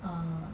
err